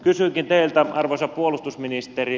kysynkin teiltä arvoisa puolustusministeri